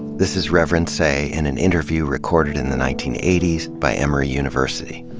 this is reverend seay in an interview recorded in the nineteen eighty s by emory university.